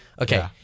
Okay